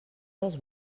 dels